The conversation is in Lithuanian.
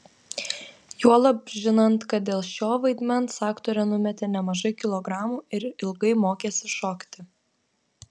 juolab žinant kad dėl šio vaidmens aktorė numetė nemažai kilogramų ir ilgai mokėsi šokti